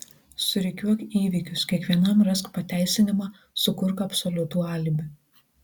surikiuok įvykius kiekvienam rask pateisinimą sukurk absoliutų alibi